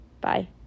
Bye